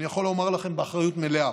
אני יכול לומר לכם באחריות מלאה